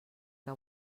que